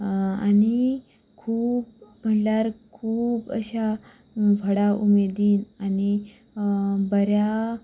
आनी खूब म्हणल्यार खूब अशा व्हडा उमेदीन आनी